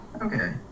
Okay